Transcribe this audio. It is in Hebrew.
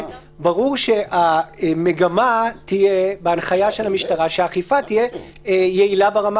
ברור שהמגמה תהיה בהנחיה של המשטרה שהאכיפה תהיה יעילה ברמה